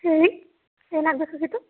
ಹೇಳಿ ಏನಾಗಬೇಕಾಗಿತ್ತು